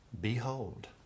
Behold